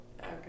Okay